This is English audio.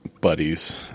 buddies